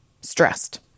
stressed